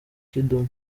kidumu